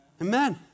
Amen